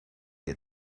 get